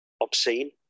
obscene